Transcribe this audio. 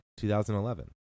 2011